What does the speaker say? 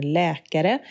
läkare